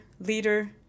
leader